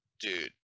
dude